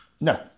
No